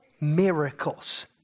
miracles